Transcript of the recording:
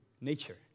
nature